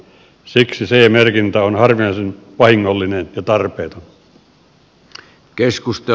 siksi ce merkintä on harvinaisen vahingollinen ja tarpeeton